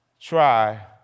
try